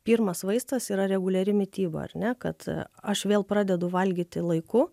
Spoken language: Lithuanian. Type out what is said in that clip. pirmas vaistas yra reguliari mityba ar ne kad aš vėl pradedu valgyti laiku